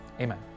Amen